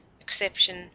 exception